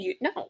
no